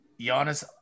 Giannis